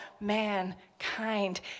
mankind